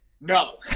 No